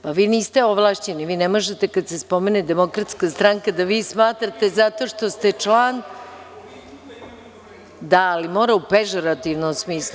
Pa, vi niste ovlašćeni, vi ne možete kada se spomene DS, da vi smatrate zato što ste član, da, ali mora u pežurativnom smislu.